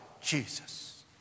Jesus